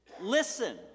Listen